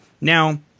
Now